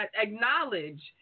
acknowledge